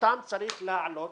ואותם צריך להעלות.